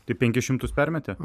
tai penkis šimtus permetė